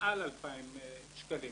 מעל 2,000 שקלים.